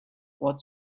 what